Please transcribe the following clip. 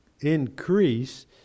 increase